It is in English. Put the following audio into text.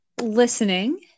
listening